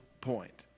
point